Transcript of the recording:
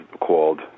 called